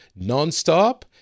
nonstop